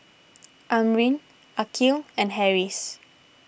Amrin Aqil and Harris